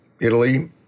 Italy